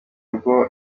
rugo